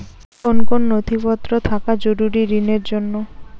কোন কোন নথিপত্র থাকা জরুরি ঋণের জন্য?